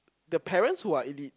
the parents who are elite